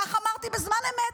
כך אמרתי בזמן אמת.